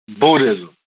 Buddhism